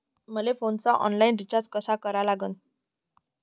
मले फोनचा online recharge कसा करा लागन?